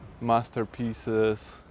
masterpieces